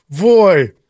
boy